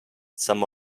some